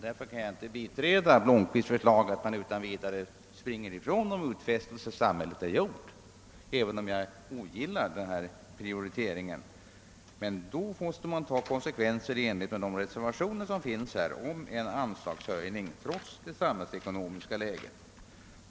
Därför kan jag inte biträda herr Blomkvists yrkande att samhället utan vidare skall springa ifrån de utfästelser som det har gjort, även om jag ogillar regeringens prioritering. I stället måste man ta konsekvensen i enlighet med reservanternas förslag, d.v.s. en anslagshöjning trots det samhällsekonomiska läget.